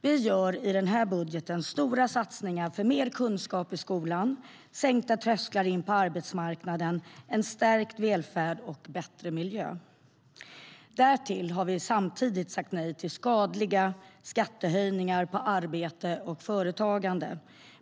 Vi gör i budgeten stora satsningar för mer kunskap i skolan, sänkta trösklar in på arbetsmarknaden, en stärkt välfärd och bättre miljö. Därtill har vi samtidigt sagt nej till skadliga skattehöjningar på arbete och företagande.